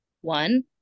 one